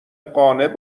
قانع